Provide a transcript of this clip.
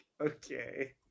Okay